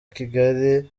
kigali